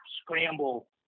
scramble